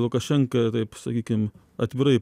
lukašenka taip sakykim atvirai